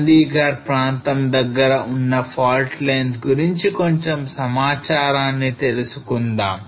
చండీగర్ ప్రాంతం దగ్గరలో ఉన్న fault lines గురించి కొంచెం సమాచారాన్ని తెలుసుకుందాం